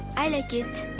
i like it.